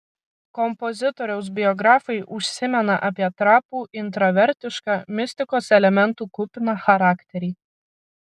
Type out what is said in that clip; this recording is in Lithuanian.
kompozitoriaus biografai užsimena apie trapų intravertišką mistikos elementų kupiną charakterį